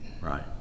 Right